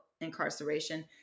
incarceration